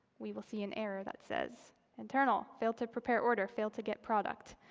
we will see an error that says internal, failed to prepare order, failed to get product.